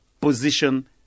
position